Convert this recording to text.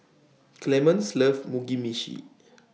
Clemens loves Mugi Meshi